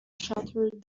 shattered